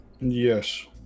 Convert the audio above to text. yes